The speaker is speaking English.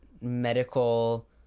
medical